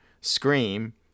Scream